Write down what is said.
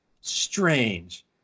strange